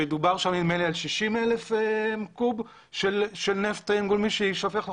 שדובר שם נדמה לי על 60,000 קוב של נפט גולמי שיישפך לחופים.